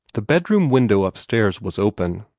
the bedroom window upstairs was open,